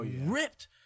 ripped